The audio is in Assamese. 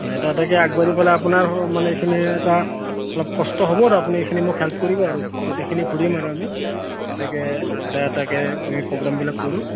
অঁ এটা এটাকে আগবাঢ়ি পেলাই আপোনাৰ মানে এইখিনি এটা অলপ কষ্ট হ'ব আৰু আপুনি এইখিনি মোক হেল্প কৰিব আৰু গোটেইখিনি ঘূৰিম আৰু আমি গতিকে এটা এটাকে আমি প্ৰগ্ৰোমবিলাক কৰোঁ